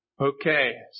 Okay